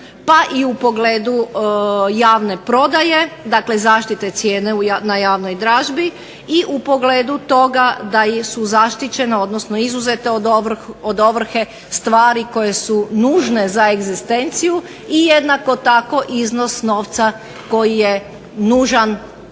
pa i u pogledu javne prodaje dakle zaštite cijene na javnoj dražbi i u pogledu toga da su zaštićene odnosno izuzete od ovrhe stvari koje su nužne za egzistenciju i jednako tako iznos novca koji je nužan